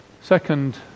Second